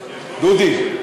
דודי,